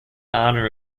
honor